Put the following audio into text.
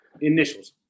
initials